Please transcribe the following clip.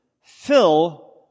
fill